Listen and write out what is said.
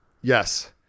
Yes